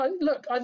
look